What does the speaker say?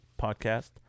podcast